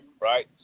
right